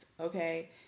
Okay